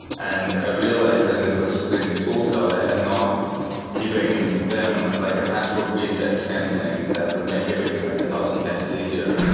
and i realized that in the process of giving the tools out, i had not given them like a password reset send link that would make everything like a thousand times easier.